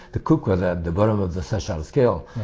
the cook was at the bottom of the social scale,